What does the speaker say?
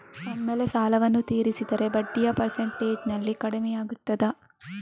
ಒಮ್ಮೆಲೇ ಸಾಲವನ್ನು ತೀರಿಸಿದರೆ ಬಡ್ಡಿಯ ಪರ್ಸೆಂಟೇಜ್ನಲ್ಲಿ ಕಡಿಮೆಯಾಗುತ್ತಾ?